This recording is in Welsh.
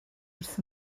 wrth